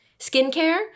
skincare